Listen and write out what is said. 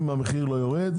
אם המחיר לא יורד,